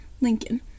Lincoln